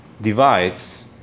divides